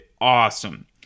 awesome